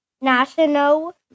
National